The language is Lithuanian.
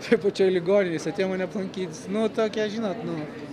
toj pačioj ligoninėj jis atėjo mane aplankyt nu tokia žinot nu